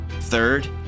Third